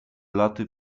laty